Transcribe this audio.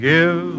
Give